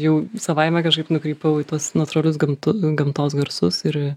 jau savaime kažkaip nukrypau į tuos natūralius gamtu gamtos garsus ir